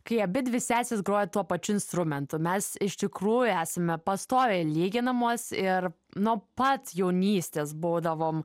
kai abidvi sesės groja tuo pačiu instrumentu mes iš tikrųjų esame pastoviai lyginamos ir nuo pat jaunystės būvodavom